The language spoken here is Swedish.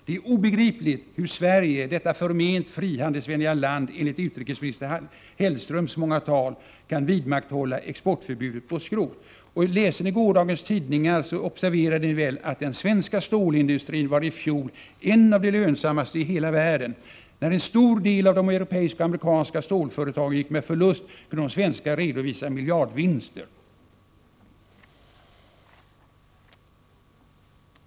Det är obegripligt hur Sverige, detta förment frihandelsvänliga land enligt utrikeshandelsminister Hellströms många tal, kan vidmakthålla exportförbudet på skrot. Läste ni gårdagens tidningar så observerade ni väl att den svenska stålindustrin i fjol var en av de lönsammaste i världen. När en stor del av de europeiska och amerikanska stålföretagen gick med förlust, kunde de svenska redovisa miljardvinster.